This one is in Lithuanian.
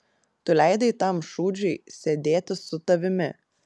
tu leidai tam šūdžiui sėdėti su tavimi